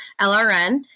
LRN